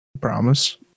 promise